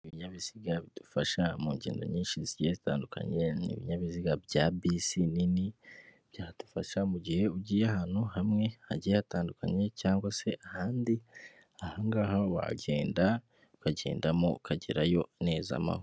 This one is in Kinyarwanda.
Ibinyabiziga bidufasha mu ngendo nyinshi zigiye zitandukanye, ni ibinyabiziga bya bisi nini, byadufasha mu gihe ugiye ahantu hamwe hagiye hatandukanye cyangwa se ahandi, aha ngaha wagenda ukagendamo ukagerayo neza amahoro.